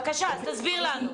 בבקשה, אז תסביר לנו.